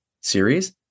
series